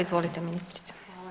Izvolite ministrice.